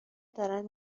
دارن